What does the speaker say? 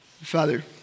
Father